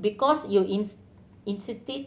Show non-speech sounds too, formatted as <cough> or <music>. because you <unintelligible> insisted